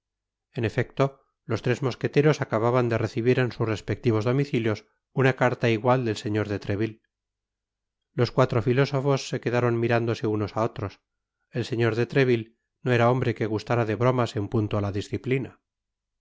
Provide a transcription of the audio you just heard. en efecto los tres mosqueteros acababan de recibir en sus respectivos domicilios una caria igual del señor de treville los cuatro filósofos se quedaron mirándose unos á otros el señor de treville no era hombre que gustára de bromas en punto á la disciplina